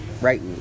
right